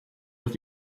with